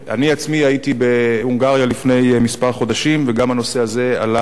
אני עצמי הייתי בהונגריה לפני כמה חודשים וגם הנושא הזה עלה,